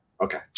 okay